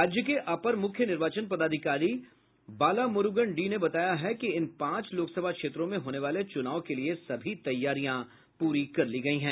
राज्य के अपर मुख्य निर्वाचन पदाधिकारी बालामुरूगन डी ने बताया है कि इन पांच लोकसभा क्षेत्रों में होने वाले चूनाव के लिए सभी तैयारियां पूरी कर ली गयी हैं